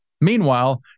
Meanwhile